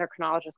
endocrinologist